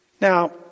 Now